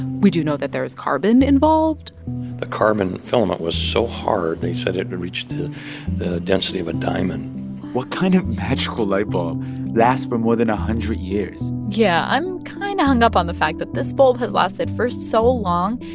we do know that there is carbon involved the carbon filament was so hard, they said it and reached the the density of a diamond what kind of magical light bulb lasts for more than a hundred years? yeah. i'm kind of hung up on the fact that this bulb has lasted for so long.